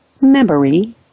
memory